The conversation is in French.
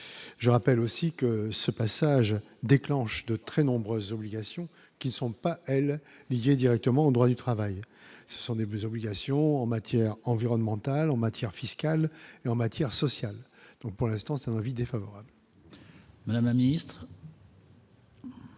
je rappelle aussi que ce passage déclenche de très nombreuses obligations qui ne sont pas elles directement au droit du travail, ce sont des plus obligation en matière environnementale, en matière fiscale et en matière sociale, donc pour l'instant, c'est un avis défavorable. Madame Amir.